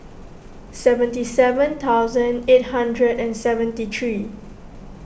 seventy seven thousand eight hundred and seventy three